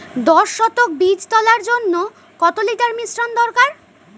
দশ শতক বীজ তলার জন্য কত লিটার মিশ্রন দরকার?